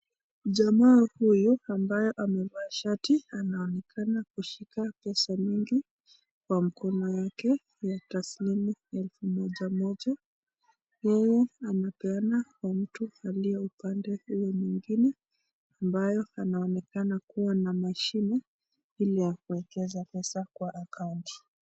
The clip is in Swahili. Jamaa huyu ambaye amevaa shirt anaonekana kushika pesa nyingi kwa mkono yake ya tasilm elfu moja, moja, yeye anapeana kwa mtu aliye kwa upande huo mwingine ambayo anaoneka kuwa na mashine ile ya kuekeza pesa kwa account .